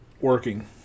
working